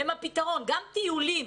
גם טיולים,